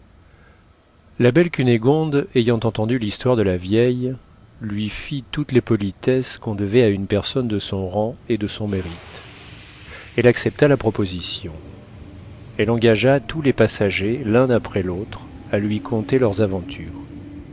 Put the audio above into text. la belle cunégonde ayant entendu l'histoire de la vieille lui fit toutes les politesses qu'on devait à une personne de son rang et de son mérite elle accepta la proposition elle engagea tous les passagers l'un après l'autre à lui conter leurs aventures